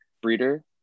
breeder